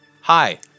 Hi